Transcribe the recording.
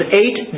eight